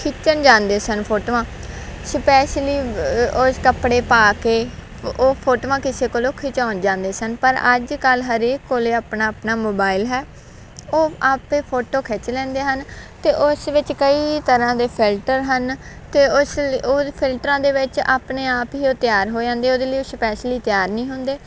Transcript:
ਖਿੱਚਣ ਜਾਂਦੇ ਸਨ ਫੋਟੋਆਂ ਸਪੈਸ਼ਲੀ ਕੱਪੜੇ ਪਾ ਕੇ ਉਹ ਫੋਟੋਆਂ ਕਿਸੇ ਕੋਲੋਂ ਖਿਚਾਉਣ ਜਾਂਦੇ ਸਨ ਪਰ ਅੱਜ ਕੱਲ੍ਹ ਹਰੇਕ ਕੋਲ ਆਪਣਾ ਆਪਣਾ ਮੋਬਾਈਲ ਹੈ ਉਹ ਆਪੇ ਫੋਟੋ ਖਿੱਚ ਲੈਂਦੇ ਹਨ ਅਤੇ ਉਸ ਵਿੱਚ ਕਈ ਤਰ੍ਹਾਂ ਦੇ ਫਿਲਟਰ ਹਨ ਅਤੇ ਉਸ ਲਈ ਉਹ ਫਿਲਟਰਾਂ ਦੇ ਵਿੱਚ ਆਪਣੇ ਆਪ ਹੀ ਉਹ ਤਿਆਰ ਹੋ ਜਾਂਦੇ ਉਹਦੇ ਲਈ ਉਹ ਸਪੈਸ਼ਲੀ ਤਿਆਰ ਨਹੀਂ ਹੁੰਦੇ